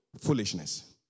foolishness